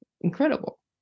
incredible